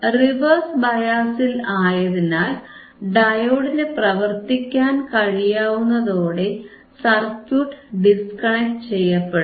reverse ബയാസിൽ ആയതിനാൽ ഡയോഡിന് പ്രവർത്തിക്കാൻ കഴിയാതാവുന്നതോടെ സർക്യൂട്ട് ഡിസ്കണക്ട് ചെയ്യപ്പെടും